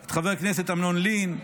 את חברי הכנסת אמנון לין,